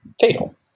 fatal